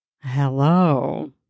Hello